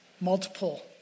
multiple